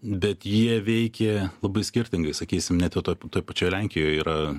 bet jie veikė labai skirtingai sakysim net toj pačioj lenkijoj yra